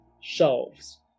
shelves